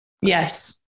Yes